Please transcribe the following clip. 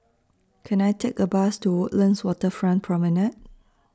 Can I Take A Bus to Woodlands Waterfront Promenade